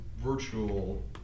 virtual